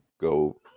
go